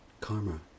karma